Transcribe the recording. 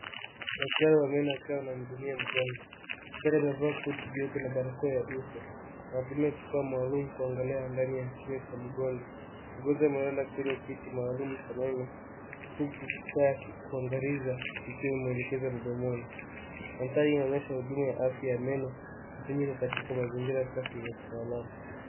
Daktari wa meno anamchunguza mgonjwa. Daktari amevaa koti jeupe na barakoa ya uso. Anatumia kifaa maalumu kuangalia ndani ya kinywa cha mgonjwa. Mgonjwa ameketi kwenye kiti maalumu cha daktari wa meno. Huku daktari akichunguza, muuguzi anaelekeza mwanga maalumu. Mandhari inaonyesha huduma ya afya ya meno, ikiwa imepangwa katika mazingira safi ya kitabibu.